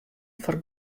foar